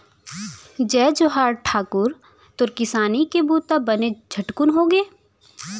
जय जोहार ठाकुर, तोर किसानी के बूता बने झटकुन होगे?